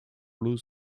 blue